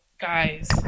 guys